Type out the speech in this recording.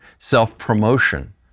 self-promotion